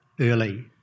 early